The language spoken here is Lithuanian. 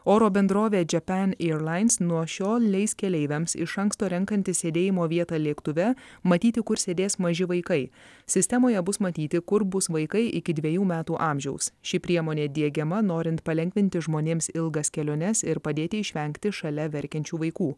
oro bendrovė japan airlines nuo šiol leis keleiviams iš anksto renkantis sėdėjimo vietą lėktuve matyti kur sėdės maži vaikai sistemoje bus matyti kur bus vaikai iki dvejų metų amžiaus ši priemonė diegiama norint palengvinti žmonėms ilgas keliones ir padėti išvengti šalia verkiančių vaikų